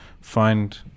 find